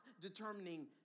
determining